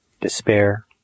despair